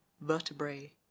Vertebrae